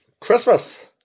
Christmas